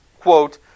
quote